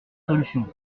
solution